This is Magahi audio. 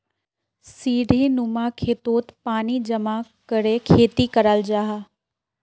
सीढ़ीनुमा खेतोत पानी जमा करे खेती कराल जाहा